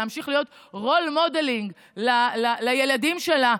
להמשיך להיות roll model לילדים שלה,